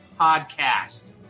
podcast